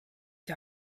die